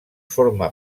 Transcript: forma